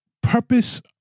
purpose